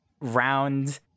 round